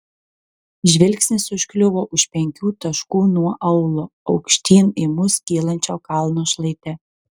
žvilgsnis užkliuvo už penkių taškų nuo aūlo aukštyn į mus kylančio kalno šlaite